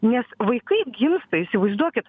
nes vaikai gimsta įsivaizduokit